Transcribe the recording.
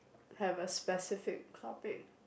have a specific topic